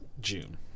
June